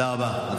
תודה רבה.